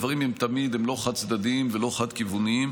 הדברים הם לא חד-צדדיים ולא חד-כיווניים,